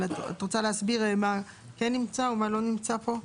את רוצה להסביר מה כן נמצא ומה לא נמצא פה?